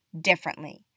differently